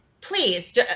please